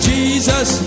Jesus